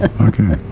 Okay